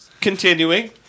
Continuing